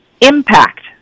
Impact